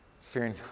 Fearing